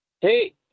Hey